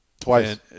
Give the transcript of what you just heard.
Twice